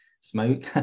smoke